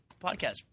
podcast